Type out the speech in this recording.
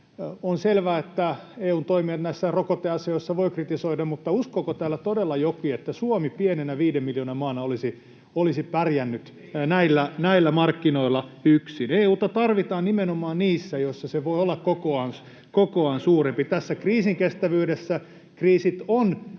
On selvää, että EU:n toimia näissä rokoteasioissa voi kritisoida, mutta uskooko täällä todella joku, että Suomi pienenä viiden miljoonan maana olisi pärjännyt näillä markkinoilla yksin? EU:ta tarvitaan nimenomaan niissä asioissa, joissa se voi olla kokoaan suurempi. Tässä kriisinkestävyydessä kriisit on leveämmillä